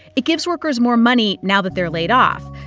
it gives workers more money now that they're laid off,